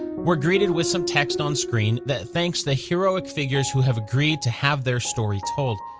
we're greeted with some text on screen that thanks the heroic figures who have agreed to have their story told.